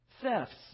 thefts